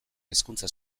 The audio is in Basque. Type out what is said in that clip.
hezkuntza